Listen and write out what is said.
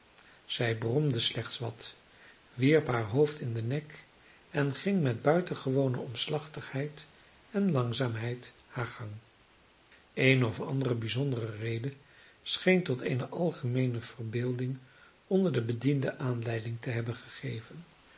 zij bromde slechts wat wierp haar hoofd in den nek en ging met buitengewone omslachtigheid en langzaamheid haar gang eene of andere bijzondere reden scheen tot eene algemeene verbeelding onder de bedienden aanleiding te hebben gegeven